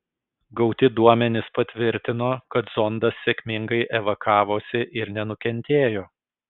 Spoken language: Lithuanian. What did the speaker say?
gauti duomenys patvirtino kad zondas sėkmingai evakavosi ir nenukentėjo